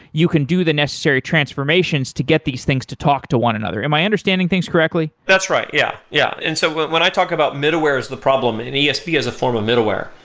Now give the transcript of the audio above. you can do the necessary transformations to get these things to talk to one another. am i understanding things correctly? that's right. yeah, yeah. and so but when i talk about middleware is the problem and esb yeah as a form of middleware,